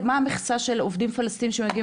מה המכסה של עובדים פלשתינאים שמגיעים